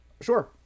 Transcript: Sure